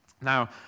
Now